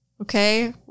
Okay